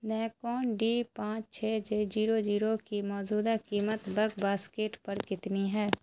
Nikon D پانچ چھ چھ زیرو زیرو کی موجودہ قیمت بگ باسکٹ پر کتنی ہے